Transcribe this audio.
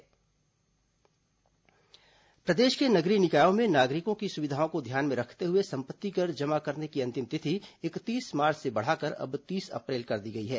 मुख्यमंत्री संपत्ति कर प्रदेश के नगरीय निकायों में नागरिकों की सुविधा को ध्यान में रखते हुए सम्पत्ति कर जमा करने की अंतिम तिथि इकतीस मार्च से बढ़ाकर अब तीस अप्रैल तक कर दी गई है